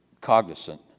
cognizant